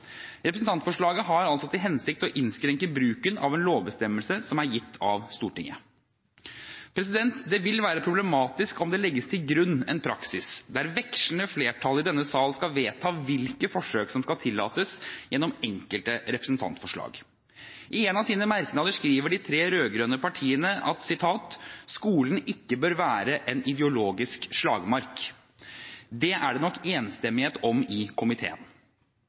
Representantforslaget har altså til hensikt å innskrenke bruken av en lovbestemmelse som er gitt av Stortinget. Det vil være problematisk om det legges til grunn en praksis der vekslende flertall i denne sal skal vedta hvilke forsøk som skal tillates gjennom enkelte representantforslag. I en av sine merknader skriver de tre rød-grønne partiene at «skolen ikke bør være en ideologisk slagmark». Det er det nok enstemmighet om i komiteen.